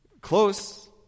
Close